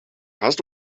hast